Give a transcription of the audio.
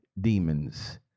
demons